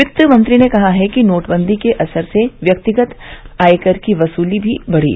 वित्त मंत्री ने बताया कि नोटबंदी के असर से व्यक्तिगत आयकर की वसूली भी बड़ी